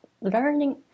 learning